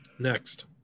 next